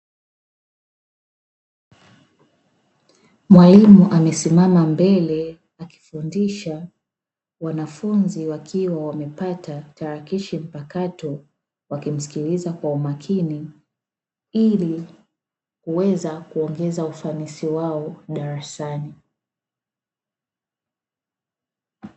Mwalimu amesimama mbele akifundisha wanafunzi wakiwa wamepata tarakishi mpakato, wakimsikiliza kwa umakini ili kuweza kuongeza ufanisi wao darasani.